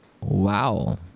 Wow